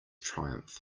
triumph